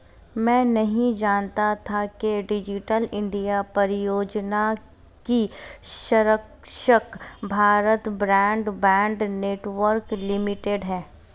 मैं नहीं जानता था कि डिजिटल इंडिया परियोजना की संरक्षक भारत ब्रॉडबैंड नेटवर्क लिमिटेड है